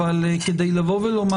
אבל אני מציין את זה כדי לבוא ולומר